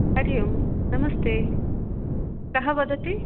हरि ओं नमस्ते कः वदति